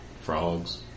Frogs